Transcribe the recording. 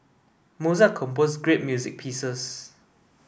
Mozart composed great music pieces